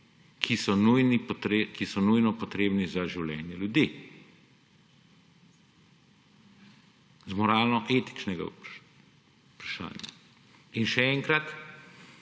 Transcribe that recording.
ki so nujno potrebni za življenje ljudi – z moralno-etičnega vidika. In še enkrat,